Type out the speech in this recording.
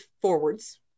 forwards